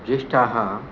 ज्येष्ठाः